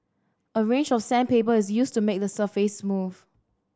a range of sandpaper is used to make the surface smooth